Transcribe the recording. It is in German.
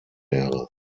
wäre